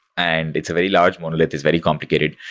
and it's a very large monolith. it's very complicated.